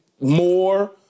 more